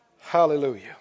Hallelujah